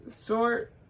short